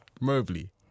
Mobley